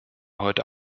heute